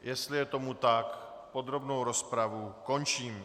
Jestli je tomu tak, podrobnou rozpravu končím.